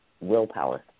willpower